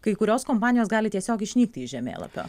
kai kurios kompanijos gali tiesiog išnykti iš žemėlapio